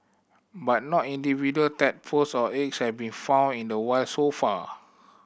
but no individual tadpoles or eggs have been found in the wild so far